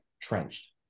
trenched